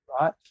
right